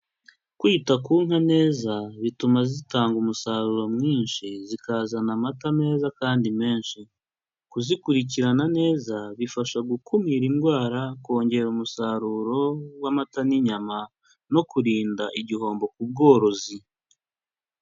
Kwita ku nka neza bituma zitanga umusaruro mwinshi zikazana amata meza kandi menshi. Kuzikurikirana neza bifasha gukumira indwara kongera umusaruro w'amata n'inyama no kurinda igihombo ku bworozi.